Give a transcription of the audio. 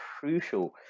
crucial